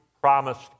promised